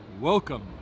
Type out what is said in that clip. Welcome